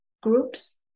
groups